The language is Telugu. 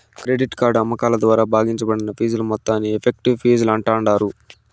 క్రెడిట్ కార్డు అమ్మకాల ద్వారా భాగించబడిన ఫీజుల మొత్తాన్ని ఎఫెక్టివ్ ఫీజులు అంటాండారు